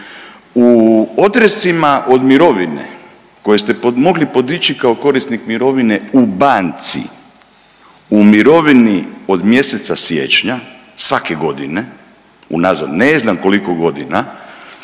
u odrescima od mirovine koje ste mogli podići kao korisnik mirovine u banci, u mirovini od mjeseca siječnja svake godine unazad ne znam koliko godina,